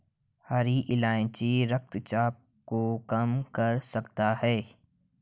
हरी इलायची रक्तचाप को कम कर सकता है